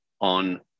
on